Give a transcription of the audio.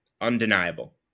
undeniable